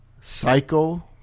Psycho